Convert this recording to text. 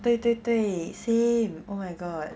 对对对 same oh my god